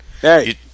Hey